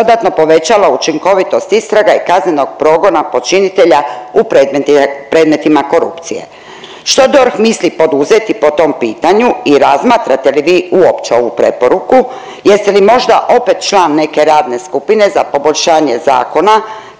bi dodatno povećala učinkovitost istraga i kaznenog progona počinitelja u predmetima korupcije. Što DORH misli poduzeti po tom pitanju i razmatrate li vi uopće ovu preporuku? Jeste li možda opet član neke radne skupine za poboljšanje zakona